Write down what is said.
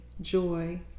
joy